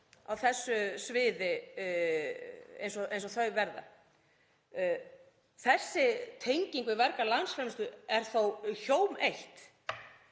á þessu sviði eins og þær verða? Þessi tenging við verga landsframleiðslu er þó hjóm eitt